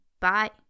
Bye